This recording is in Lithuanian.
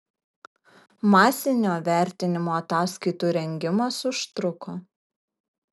masinio vertinimo ataskaitų rengimas užtruko